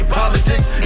politics